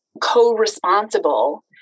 co-responsible